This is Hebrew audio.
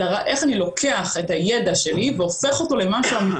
אלא איך אני לוקח את הידע שלי והופך אותו למשהו אמיתי.